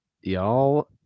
y'all